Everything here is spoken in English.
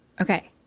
Okay